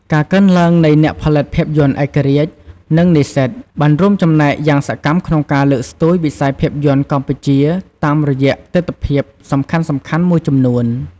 ការកើនឡើងនៃអ្នកផលិតភាពយន្តឯករាជ្យ និងនិស្សិត បានរួមចំណែកយ៉ាងសកម្មក្នុងការលើកស្ទួយវិស័យភាពយន្តកម្ពុជាតាមរយៈទិដ្ឋភាពសំខាន់ៗមួយចំនួន។